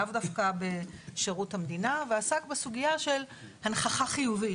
לאו דווקא בשירות המדינה ועסק בסוגיה של הנכחה חיובית,